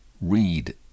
read